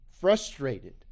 frustrated